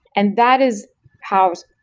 and that is how,